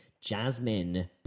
Jasmine